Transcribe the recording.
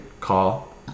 call